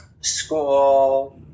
school